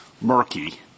murky